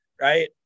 right